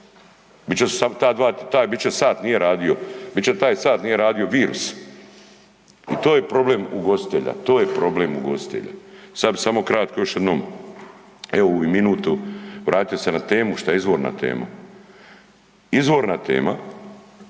je problem ugostitelja, to je problem ugostitelja. Sad bi samo kratko još jednom evo ovu minutu vratio se na temu šta je izvorna tema. Izvorna tema